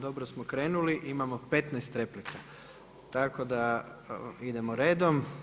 Dobro smo krenuli, imamo 15 replika, tako da idemo redom.